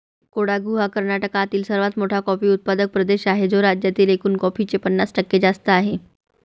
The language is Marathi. कोडागु हा कर्नाटकातील सर्वात मोठा कॉफी उत्पादक प्रदेश आहे, जो राज्यातील एकूण कॉफीचे पन्नास टक्के जास्त आहे